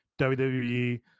WWE